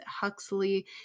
Huxley